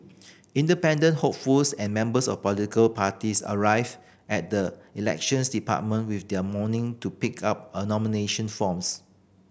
independent hopefuls and members of political parties arrived at the Elections Department with their morning to pick up nomination forms